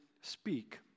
speak